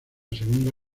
segunda